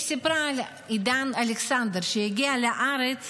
והיא סיפרה על עידן אלכסנדר, שהגיע לארץ